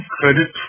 credit